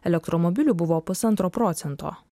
elektromobilių buvo pusantro procento